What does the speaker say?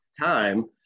time